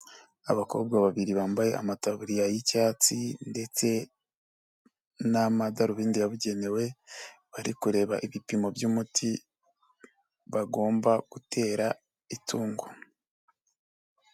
Abakobwa babiri bambaye amataruburiya y'icyatsi ndetse n'amadarubindi yabugenewe, bari kureba ibipimo by'umuti bagomba gutera itungo.